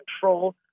control